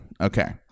Okay